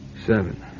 Seven